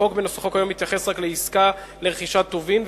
החוק בנוסחו כיום מתייחס כיום רק לעסקה לרכישת טובין,